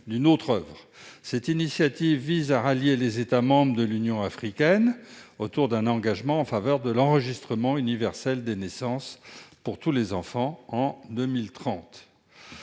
de film célèbre. Cette initiative vise à rallier les États membres de l'Union africaine autour d'un engagement en faveur de l'enregistrement universel des naissances pour tous les enfants en 2030.